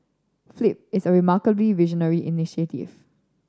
flip is a remarkably visionary initiative